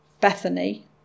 Bethany